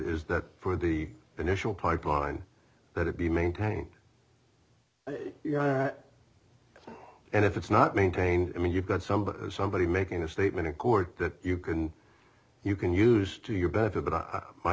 is that for the initial pipeline that it be maintaining and if it's not maintained i mean you've got somebody somebody's making a statement in court that you can you can use to your benefit but i my